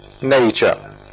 nature